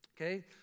okay